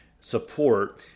support